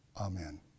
Amen